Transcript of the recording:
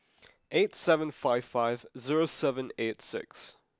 eight seven five five zero seven eight six